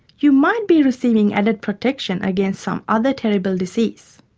you might be receiving added protection against some other terrible disease.